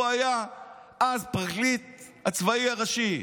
הוא היה אז הפרקליט הצבאי הראשי.